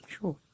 Sure